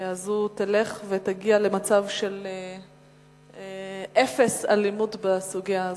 הזאת תלך ותגיע למצב של אפס אלימות בסוגיה הזאת.